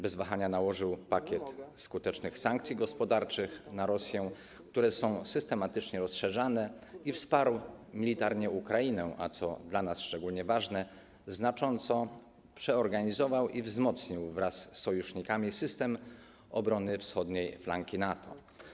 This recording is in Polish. Bez wahania nałożył na Rosję pakiet skutecznych sankcji gospodarczych, które są systematycznie rozszerzane, i wsparł militarnie Ukrainę, a co dla nas szczególnie ważne, znacząco przeorganizował i wzmocnił wraz z sojusznikami system obrony wschodniej flanki NATO.